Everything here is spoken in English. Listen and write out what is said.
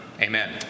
Amen